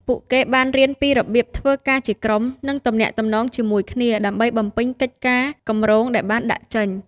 ពួកគេបានរៀនពីរបៀបធ្វើការជាក្រុម និងទំនាក់ទំនងជាមួយគ្នាដើម្បីបំពេញកិច្ចការគម្រោងដែលបានដាក់ចេញ។